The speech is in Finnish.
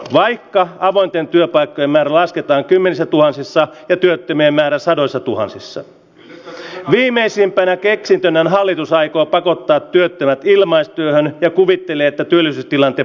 vaikka avointen työpaikkojen määrä lasketaan kymmenissä tuhansissa ja työttömien määrä sadoissa tuhansissa nyt viimeisimpänä keksintönään hallitus aikoo pakottaa työttömät ilmaistyönä ja kuvittele että työllisyystilanteen